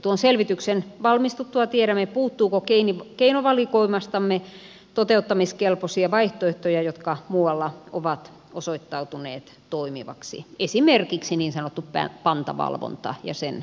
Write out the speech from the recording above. tuon selvityksen valmistuttua tiedämme puuttuuko keinovalikoimastamme toteuttamiskelpoisia vaihtoehtoja jotka muualla ovat osoittautuneet toimiviksi esimerkiksi niin sanottu pantavalvonta ja sen käytön mahdollisuudet